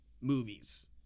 Movies